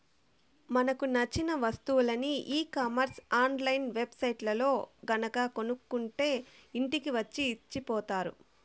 మనకు నచ్చిన వస్తువులని e commerce online web సైట్లల్లో గనక కొనుక్కుంటే ఇంటికి వచ్చి ఇచ్చిపోతారు